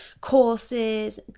courses